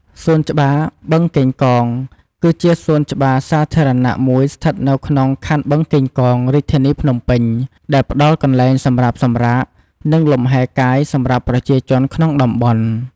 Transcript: សួនច្បារបឹងកេងកង គឺជាសួនច្បារសាធារណៈមួយស្ថិតនៅក្នុងខណ្ឌបឹងកេងកង រាជធានីភ្នំពេញ ដែលផ្តល់កន្លែងសម្រាប់សម្រាក និងលំហែកាយសម្រាប់ប្រជាជនក្នុងតំបន់។